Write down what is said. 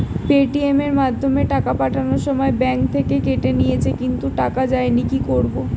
Paytm এর মাধ্যমে টাকা পাঠানোর সময় ব্যাংক থেকে কেটে নিয়েছে কিন্তু টাকা যায়নি কি করব?